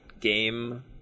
game